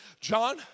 John